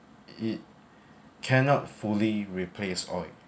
it cannot fully replace oil